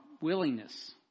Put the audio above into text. willingness